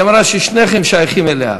היא אמרה ששניכם שייכים אליה.